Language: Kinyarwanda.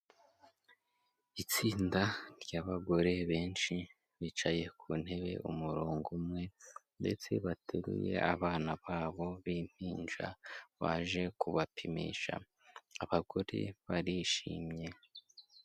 Itsinda ry'abagore benshi bicaye ku ntebe umurongo umwe ndetse bateruye abana babo b'impinja baje kubapimisha, abagore barishimye.